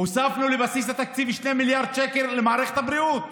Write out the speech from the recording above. הוספנו לבסיס התקציב 2 מיליארד שקל למערכת הבריאות.